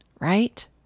right